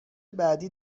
بعدی